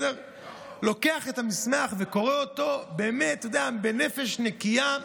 ולוקח את המסמך וקורא אותו בנפש נקייה,